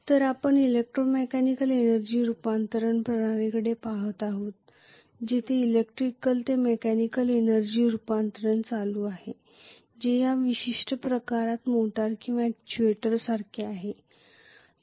तर आपण electromechanical energy रूपांतरण प्रणालीकडे पहात आहोत जिथे इलेक्ट्रिकल ते मेकॅनिकल एनर्जी रूपांतरण चालू आहे जे या विशिष्ट प्रकरणात मोटर किंवा अॅक्ट्युएटरसारखे आहे